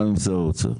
גם עם שר האוצר.